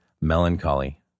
Melancholy